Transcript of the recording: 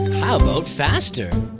how about faster?